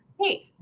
hey